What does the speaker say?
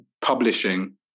publishing